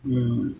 mm